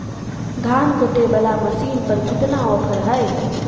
धान कटे बाला मसीन पर कितना ऑफर हाय?